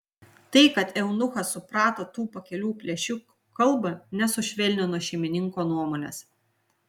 tai kad eunuchas suprato tų pakelių plėšikų kalbą nesušvelnino šeimininko nuomonės